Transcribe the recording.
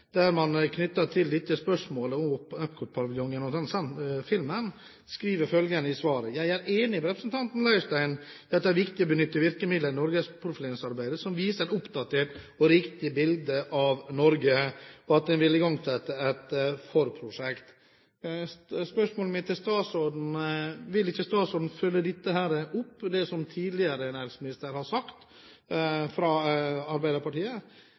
der han, til spørsmålet om Epcot-paviljongen og filmen, skriver følgende: «Jeg er enig med representanten Leirstein i at det er viktig å benytte virkemidler i Norgesprofileringsarbeidet som viser et oppdatert og riktig bilde av Norge.» Han ville igangsette et forprosjekt. Spørsmålet mitt til statsråden er: Vil ikke statsråden følge opp det som en tidligere næringsminister fra Arbeiderpartiet har sagt?